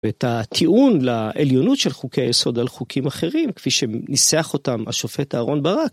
ואת הטיעון לעליונות של חוקי היסוד על חוקים אחרים כפי שניסח אותם השופט אהרון ברק.